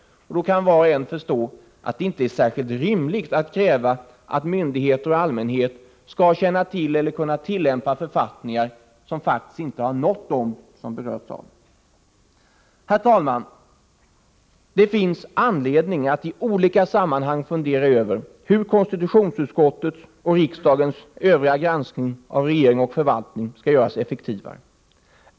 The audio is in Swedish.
Var och en kan förstå att det inte är särskilt rimligt att kräva att myndigheter och allmänhet skall känna till eller kunna tillämpa författningar som faktiskt inte har nått dem som berörs. Herr talman! Det finns anledning att i olika sammanhang fundera över hur konstitutionsutskottets och riksdagens övriga granskning av regering och förvaltning skall göras effektivare.